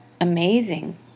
amazing